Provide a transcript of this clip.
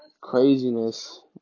craziness